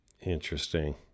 Interesting